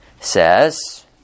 says